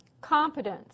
Competence